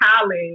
college